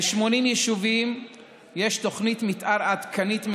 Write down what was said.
ל-80 יישובים יש תוכנית מתאר עדכנית מאושרת,